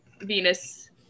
Venus